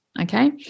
Okay